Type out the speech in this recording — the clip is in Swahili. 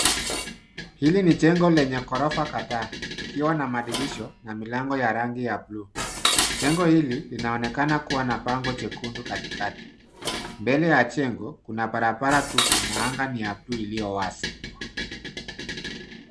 Hili ni jengo lenye ghorofa kadhaa likiwa na madirisha na milango ya rangi ya buluu. Jengo hili linaonekana kuwa na bango jekundu katikati. Mbele ya jengo kuna barabara tupu na anga ni ya buluu iliyo wazi.